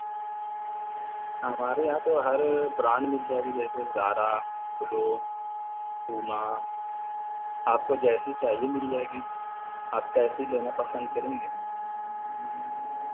ہمارے یہاں تو ہر برانڈ مل جائے گی جیسے سارا الو پما آپ کو جیسی چاہیے مل جائے گی آپ کیسی لینا پسند کریں گے